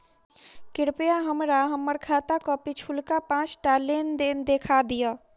कृपया हमरा हम्मर खाताक पिछुलका पाँचटा लेन देन देखा दियऽ